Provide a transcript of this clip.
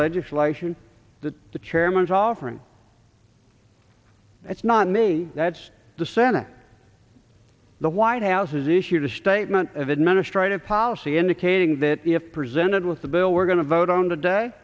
legislation that the chairman's offering it's not me that's the senate the white house has issued a statement of administrative policy indicating that if presented with the bill we're going to vote on the day